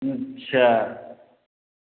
अच्छा